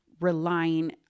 relying